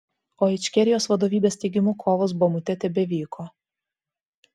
o ičkerijos vadovybės teigimu kovos bamute tebevyko